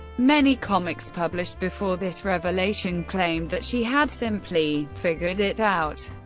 many comics published before this revelation claimed that she had simply figured it out,